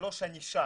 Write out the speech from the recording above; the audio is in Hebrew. שלישית, ענישה.